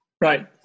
Right